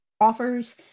offers